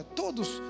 todos